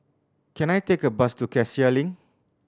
can I take a bus to Cassia Link